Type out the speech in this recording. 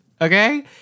Okay